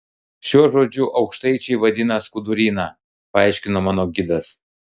šiuo žodžiu aukštaičiai vadina skuduryną paaiškino mano gidas